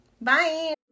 bye